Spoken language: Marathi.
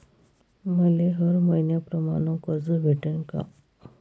मले हर मईन्याप्रमाणं कर्ज भेटन का?